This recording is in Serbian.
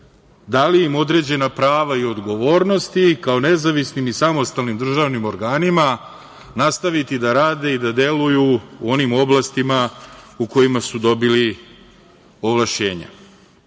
dali im određena prava i odgovornosti kao nezavisnim i samostalnim državnim organima, nastaviti da rade i da deluju u onim oblastima u kojima su dobili ovlašćenja. Ono